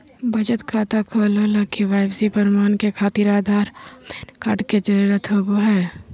बचत खाता खोले ला के.वाइ.सी प्रमाण के खातिर आधार आ पैन कार्ड के जरुरत होबो हइ